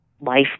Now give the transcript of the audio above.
life